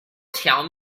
tell